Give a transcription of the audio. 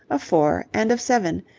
of four, and of seven,